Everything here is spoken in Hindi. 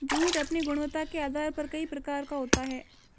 जूट अपनी गुणवत्ता के आधार पर कई प्रकार का होता है